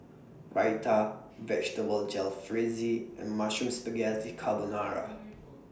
Raita Vegetable Jalfrezi and Mushroom Spaghetti Carbonara